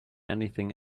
anything